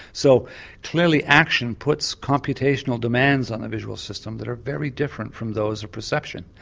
so clearly action puts computational demands on the visual system that are very different from those of perception.